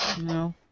No